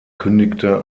kündigte